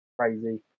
crazy